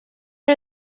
are